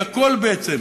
היא הכול בעצם,